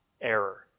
error